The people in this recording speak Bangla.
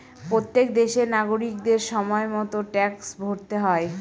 প্রত্যেক দেশের নাগরিকদের সময় মতো ট্যাক্স ভরতে হয়